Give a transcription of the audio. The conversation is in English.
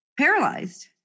paralyzed